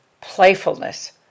Playfulness